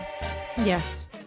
Yes